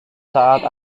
saat